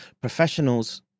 professionals